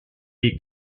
est